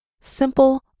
Simple